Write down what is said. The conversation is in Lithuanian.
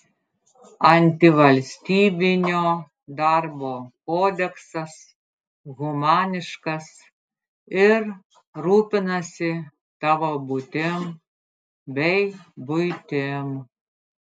antivalstybinio darbo kodeksas humaniškas ir rūpinasi tavo būtim bei buitim